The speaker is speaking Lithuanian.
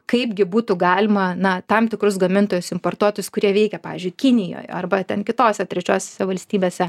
kaipgi būtų galima na tam tikrus gamintojus importuotojus kurie veikia pavyzdžiui kinijoje arba ten kitose trečiosiose valstybėse